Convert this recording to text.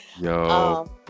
Yo